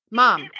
mom